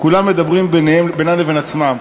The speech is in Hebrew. כולם מדברים בינם לבין עצמם.